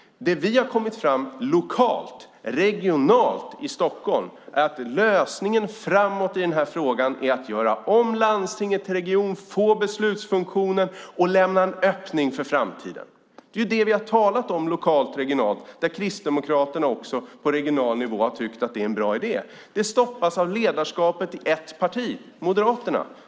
Det som har kommit fram lokalt-regionalt i Stockholm är att lösningen framåt i frågan är att göra om landstinget till region, få beslutsfunktionen och lämna en öppning för framtiden. Det är vad vi har talat om lokalt-regionalt där Kristdemokraterna på regional nivå har tyckt att det är en bra idé. Det stoppas av ledarskapet i ett parti, nämligen Moderaterna.